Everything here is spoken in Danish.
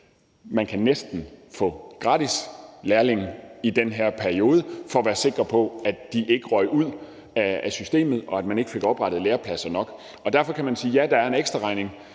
Man kan næsten få gratis lærlinge i den her periode. Det gjorde vi for at være sikre på, at de ikke røg ud af systemet, og for at sikre, at man fik oprettet lærepladser nok. Derfor kan man sige: Ja, der er en ekstraregning,